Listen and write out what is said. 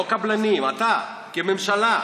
לא הקבלנים, אתה, כממשלה.